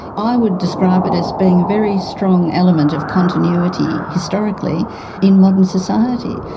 i would describe it as being a very strong element of continuity historically in modern society,